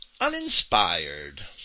uninspired